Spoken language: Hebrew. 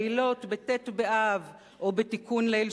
בלילות, בט' באב או בתיקון ליל